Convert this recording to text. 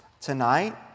tonight